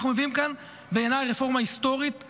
אנחנו מביאים כאן בעיניי רפורמה היסטורית,